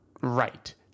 right